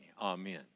Amen